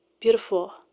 beautiful